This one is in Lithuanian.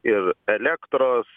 ir elektros